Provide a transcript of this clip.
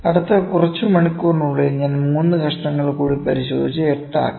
അടുത്ത കുറച്ച് മണിക്കൂറിനുള്ളിൽ ഞാൻ 3 കഷണങ്ങൾ കൂടി പരിശോധിച്ച് 8 ആക്കി